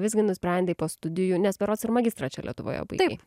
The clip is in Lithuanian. visgi nusprendei po studijų nes berods ir magistrą čia lietuvoje baigei